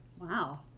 Wow